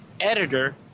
editor